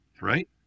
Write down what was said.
right